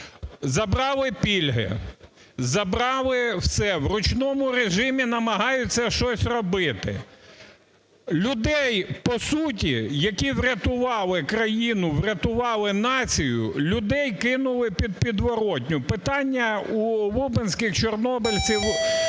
Забрали пільги, забрали все, в ручному режимі намагаються щось робити. Людей, по суті, які врятували країну, врятували націю, людей кинули у подворотню. Питання у лубенських чорнобильців